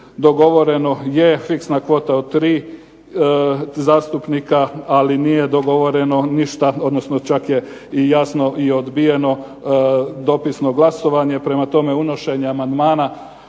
dogovoreno je fiksna kvota od 3 zastupnika, ali nije dogovoreno ništa, odnosno čak je i jasno i odbijeno dopisno glasovanje, prema tome unošenje amandmana